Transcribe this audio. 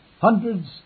Hundreds